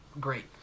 great